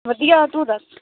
ਵਧੀਆ ਤੂੰ ਦੱਸ